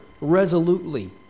resolutely